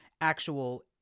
actual